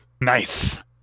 Nice